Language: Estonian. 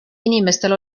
inimestel